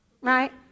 right